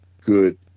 good